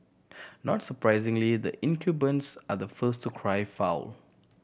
not surprisingly the incumbents are the first to cry foul